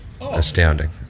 astounding